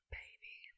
baby